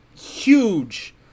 huge